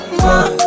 more